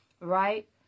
right